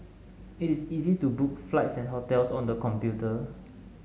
it is easy to book flights and hotels on the computer